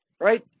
right